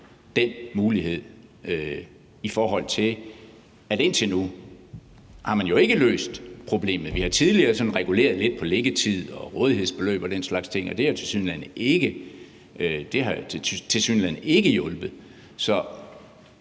den mulighed, set i forhold til at man jo indtil nu ikke har løst problemet. Vi har tidligere reguleret lidt på det med liggetid og rådighedsbeløb og den slags ting, og det har tilsyneladende ikke hjulpet.